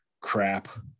crap